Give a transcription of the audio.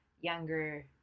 younger